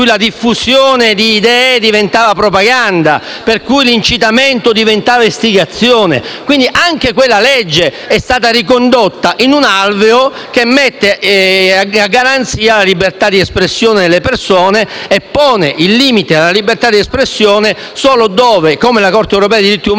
anche quella legge è stata ricondotta in un alveo che mette a garanzia la libertà di espressione delle persone e pone il limite alla libertà di espressione solo dove, come la Corte europea dei diritti umani